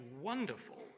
wonderful